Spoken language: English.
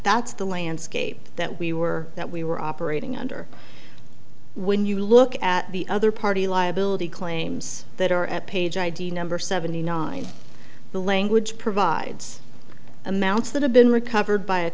that's the landscape that we were that we were operating under when you look at the other party liability claims that are at page i d number seventy nine the language provides amounts that have been recovered by a